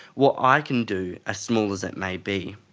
what i can do, as small as it may be.